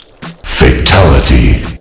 fatality